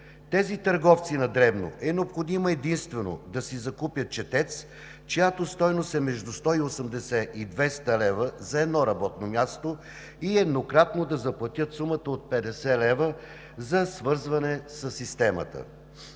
Тези търговци на дребно е необходимо единствено да си закупят четец, чиято стойност е между 180 и 200 лв. за едно работно място, и еднократно да заплатят сумата от 50 лв. за свързване със системата.